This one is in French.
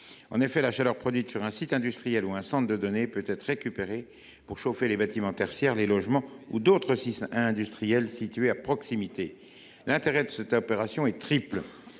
En effet, la chaleur produite sur un site industriel ou un centre de données peut être récupérée pour chauffer les bâtiments tertiaires, les logements ou d’autres sites industriels situés à proximité. L’intérêt de cette opération est triple.